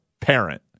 parent